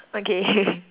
okay